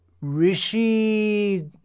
Rishi